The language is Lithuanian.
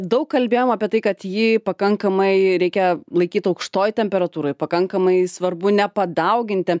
daug kalbėjom apie tai kad jį pakankamai reikia laikyt aukštoj temperatūroj pakankamai svarbu nepadauginti